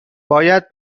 باید